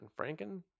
Franken